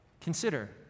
consider